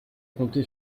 compté